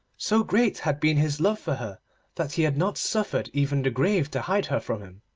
so great had been his love for her that he had not suffered even the grave to hide her from him.